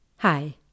Hi